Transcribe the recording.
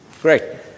great